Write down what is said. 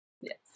yes